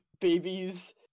Babies